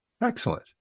excellent